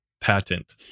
patent